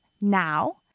Now